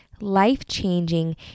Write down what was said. life-changing